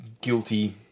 guilty